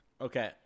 Okay